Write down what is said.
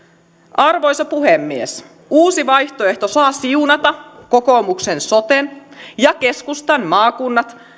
arvoisa puhemies uusi vaihtoehto saa siunata kokoomuksen soten ja keskustan maakunnat